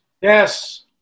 Yes